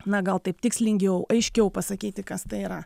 na gal taip tikslingiau aiškiau pasakyti kas tai yra